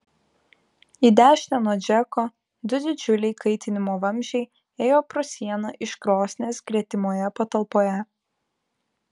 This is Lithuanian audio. į dešinę nuo džeko du didžiuliai kaitinimo vamzdžiai ėjo pro sieną iš krosnies gretimoje patalpoje